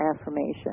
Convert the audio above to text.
affirmation